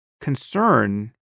concern